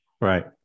right